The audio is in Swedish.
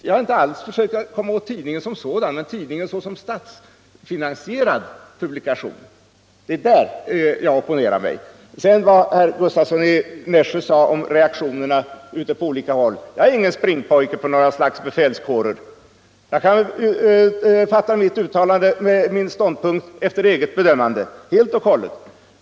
Jag har inte alls försökt att komma åt tidningen som sådan, utan vad jag opponerar mig emot är tidningen som statsfinansierad publikation. Sedan vill jag säga några ord med anledning av vad herr Gustavsson i Nässjö sade om reaktionerna ute på olika håll. Jag är ingen springpojke för befälskårer. Jag kan inta min ståndpunkt efter eget bedömande.